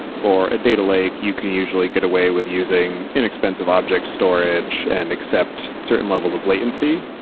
for a data lake, you can usually get away with using inexpensive object storage and accept certain levels of latency.